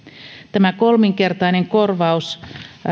tämä kolminkertainen korvaus